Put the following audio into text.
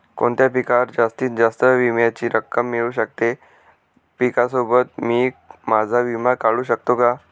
कोणत्या पिकावर जास्तीत जास्त विम्याची रक्कम मिळू शकते? पिकासोबत मी माझा विमा काढू शकतो का?